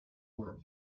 work